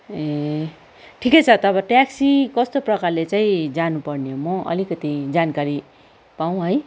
ए ठिकै छ तब ट्याक्सी कस्तो प्रकारले चाहिँ जानु पर्ने म अलिकति जानकारी पाउँ है